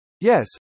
Yes